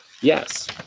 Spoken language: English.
Yes